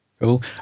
cool